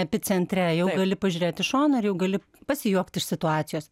epicentre jau gali pažiūrėt iš šono ir jau gali pasijuokt iš situacijos